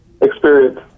Experience